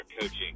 coaching